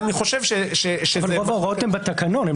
אבל אני חושב שזה --- רוב ההוראות הן בתקנון,